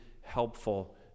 helpful